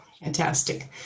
Fantastic